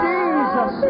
Jesus